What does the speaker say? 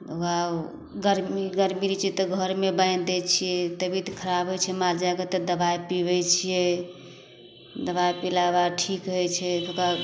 ओकरा गरमी गरमी रहै छै तऽ घरमे बान्हि दै छिए तबियत खराब हइ छै मालजालके तऽ दवाइ पिआबै छिए दवाइ पिएलाके बाद ठीक होइ छै तऽ ओकरा